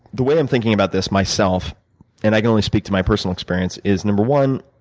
the way i'm thinking about this myself and i can only speak to my personal experience is no. one,